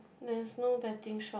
there's no betting shop